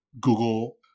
Google